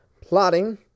plotting